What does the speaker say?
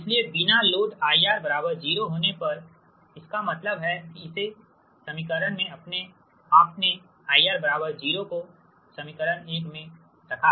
इसलिए बिना load IR 0 होने पर इसका मतलब है कि इस समीकरण में आपने IR 0 को समीकरण 1 में रखा है